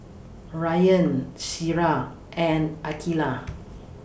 Rayyan Syirah and Aqilah